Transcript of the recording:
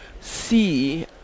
see